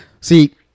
See